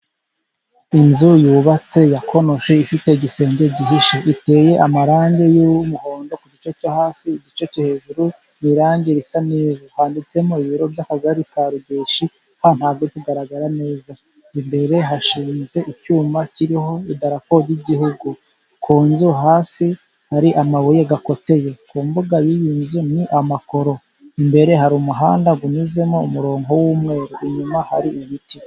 inzu yubatse yakonofe ifite igisenge gihishe iteye amarangi y'umuhondo ku gice cyo hasi igice cyo hejuru irangi risa n'icyatsi handitseho ibiro by'akagari ka rugeshi hatanswe kigaragara neza imbere hashinze icyuma kiriho idarapo ry'igihugu hasi hari amabuye akoteye ku mbuga y'iyo nzu ni amakoro imbere hari umuhanda unyuzemo umurongo w'umweru inyuma hari ibiti.